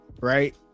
right